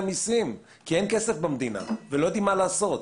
מיסים כי אין כסף במדינה ולא יודעים מה לעשות.